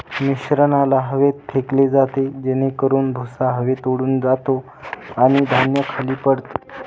मिश्रणाला हवेत फेकले जाते जेणेकरून भुसा हवेत उडून जातो आणि धान्य खाली पडते